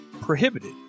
prohibited